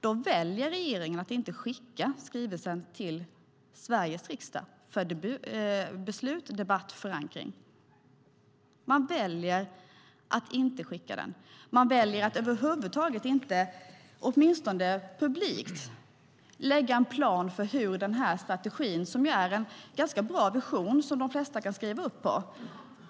Då väljer regeringen att inte skicka skrivelsen till Sveriges riksdag för förankring, debatt och beslut. Man väljer att inte över huvud taget, åtminstone inte publikt, lägga upp en plan för den här strategin, som ju är en ganska bra vision som de flesta kan ställa upp på.